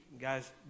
Guys